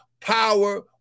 power